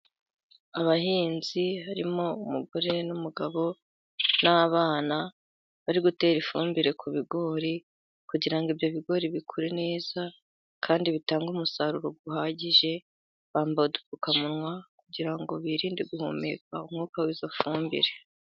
Abahinzi harimo umugore n'umugabo n'abana， bari gutera ifumbire ku bigori，kugira ngo ibyo bigori bikure neza， kandi bitange umusaruro uhagije. Bambaye udupfukamunwa， kugira ngo birinde guhumeka umwuka w'izo fumbire.